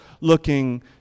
looking